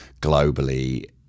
globally